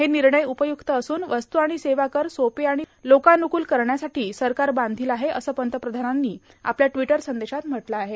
हे र्मिणय उपयुक्त असून वस्तू आर्ाण सेवा कर सोपे आर्ाण लोकानुकूल करण्यासाठी सरकार बांधील आहे असं पंतप्रधानांनी आपल्या र्ट्रावटर संदेशात म्हंटलं आहे